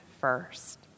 first